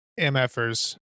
MFers